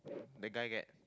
the guy get